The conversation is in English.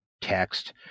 text